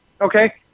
okay